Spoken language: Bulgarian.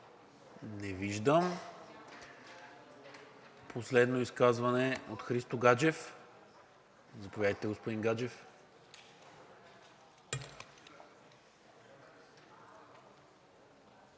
Не виждам. Последно изказване от Христо Гаджев. Заповядайте, господин Гаджев.